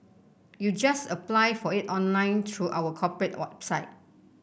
you just apply for it online through our corporate website